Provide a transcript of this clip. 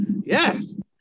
Yes